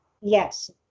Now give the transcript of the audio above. yes